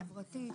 חברתית,